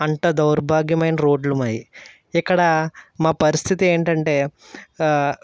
అంత దౌర్భాగ్యమైన రోడ్లు మాయి ఇక్కడ మా పరిస్థితి ఏంటంటే